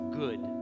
good